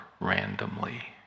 randomly